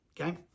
okay